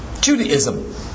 Judaism